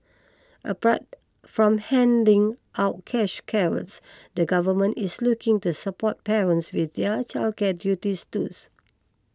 apart from handing out cash carrots the Government is looking to support parents with their childcare duties